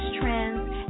trends